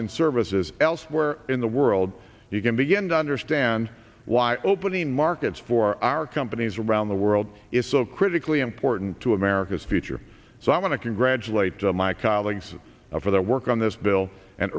and services elsewhere in the world you can begin to understand why opening markets for our companies around the world is so critically important to america's future so i want to congratulate all my colleagues for their work on this bill and